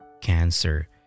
cancer